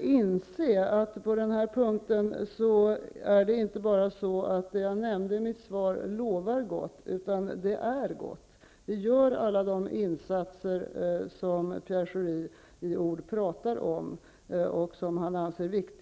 inse att det på den här punkten inte bara är så att det jag nämnde i mitt svar lovar gott, utan det är gott. Vi gör alla de insatser som Pierre Schori i ord pratar om och som han anser vara viktiga.